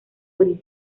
gris